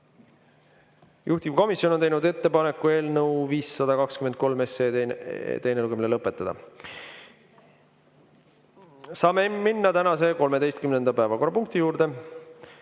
Juhtivkomisjon on teinud ettepaneku eelnõu 523 teine lugemine lõpetada. Saame minna tänase 13. päevakorrapunkti juurde.